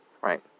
right